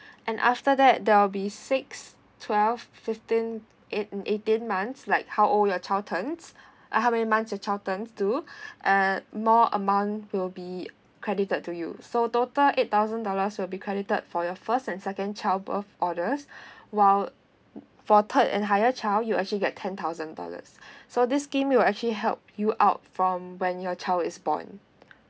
and after that there will be six twelve fifteen eight and eighteen months like how old your child turn uh how many months your child turns to uh more amount will be credited to you so total eight thousand dollars will be credited for your first and second child birth orders while for third and higher child you actually get ten thousand dollars so this scheme will actually help you out from when your child is born